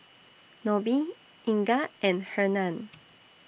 Nobie Inga and Hernan